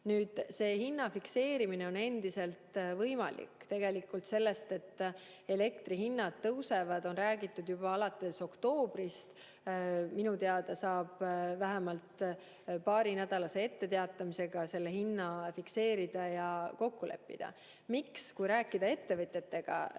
Nüüd, see hinna fikseerimine on endiselt võimalik. Tegelikult sellest, et elektri hinnad tõusevad, on räägitud juba alates oktoobrist. Minu teada saab vähemalt paarinädalase etteteatamisega selle hinna fikseerida ja kokku leppida. Rääkides ettevõtjatega, kes